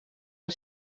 els